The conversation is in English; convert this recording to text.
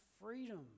freedom